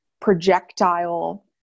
projectile